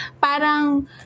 parang